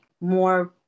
more